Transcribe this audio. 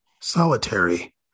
Solitary